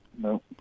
No